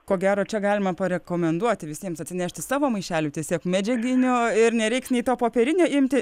ko gero čia galima parekomenduoti visiems atsinešti savo maišelių tiesiog medžiaginio ir nereiks nei to popierinio imti